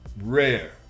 rare